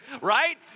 right